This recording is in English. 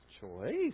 Choice